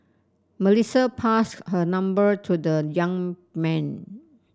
Melissa passed her number to the young man